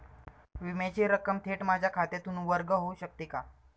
विम्याची रक्कम थेट माझ्या खात्यातून वर्ग होऊ शकते का?